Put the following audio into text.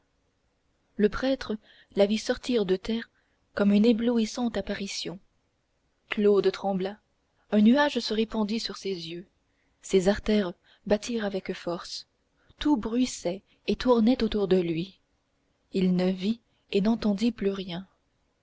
le prêtre la vit sortir de terre comme une éblouissante apparition claude trembla un nuage se répandit sur ses yeux ses artères battirent avec force tout bruissait et tournait autour de lui il ne vit et n'entendit plus rien